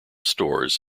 stores